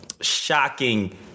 shocking